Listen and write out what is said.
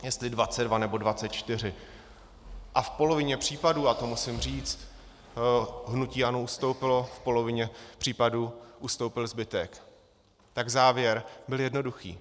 Jestli 22, nebo 24 a v polovině případů, a to musím říct, hnutí ANO ustoupilo, v polovině případů ustoupil zbytek tak závěr byl jednoduchý.